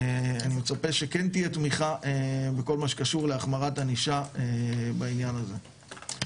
אני מצפה שכן תהיה תמיכה בכל מה שקשור להחמרת ענישה בעניין הזה,